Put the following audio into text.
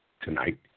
tonight